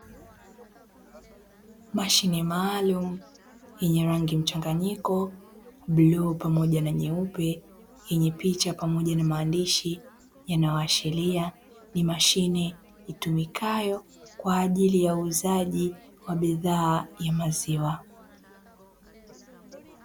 Mashine maalumu yenye rangi mchanganyiko bluu pamoja na nyeupe yenye picha pamoja na maandishi, yanayoashiria ni mashine itumikayo kwa ajili ya uuzaji wa bidhaa ya maziwa.